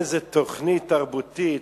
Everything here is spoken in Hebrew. איזו תוכנית תרבותית,